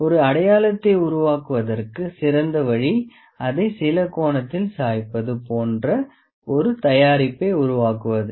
ஒரு அடையாளத்தை உருவாக்குவதற்கு சிறந்த வழி அதை சில கோணத்தில் சாய்ப்பது போன்ற ஒரு தயாரிப்பை உருவாக்குவது